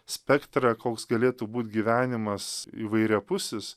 spektrą koks galėtų būt gyvenimas įvairiapusis